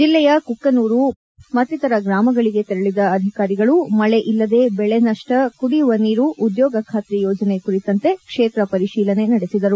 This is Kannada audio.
ಜಿಲ್ಲೆಯ ಕುಕ್ಕನೂರು ಮಂಜನಮರ್ ಮತ್ತಿತರ ಗ್ರಾಮಗಳಿಗೆ ತೆರಳಿದ ಅಧಿಕಾರಿಗಳು ಮಳೆ ಇಲ್ಲದೆ ಬೆಳೆ ನಷ್ಟ ಕುಡಿಯುವ ನೀರು ಉದ್ಯೋಗ ಖಾತ್ರಿ ಯೋಜನೆ ಕುರಿತಂತೆ ಕ್ಷೇತ್ರ ಪರಿಶೀಲನೆ ನಡೆಸಿದರು